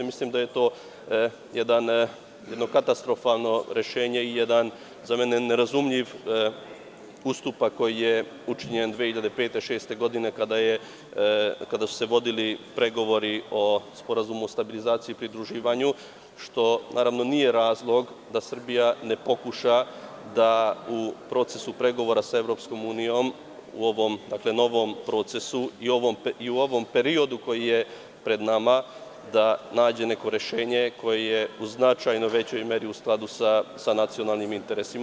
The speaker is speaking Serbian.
Mislim da je to jedno katastrofalno rešenje i jedan, za mene nerazumljiv ustupak koji je učinjen 2005. i 2006. godine kada su se vodili pregovori o sporazumu stabilizacije i pridruživanju, što nije razlog da Srbija ne pokuša da u procesu pregovora sa EU u ovom novom procesu i periodu koji je pred nama, da nađe neko rešenje koje je u značajno većoj meri u skladu sa nacionalnim interesima.